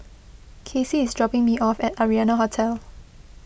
Kasie is dropping me off at Arianna Hotel